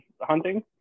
hunting